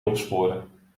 opsporen